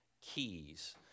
Keys